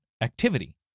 activity